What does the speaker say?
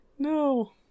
No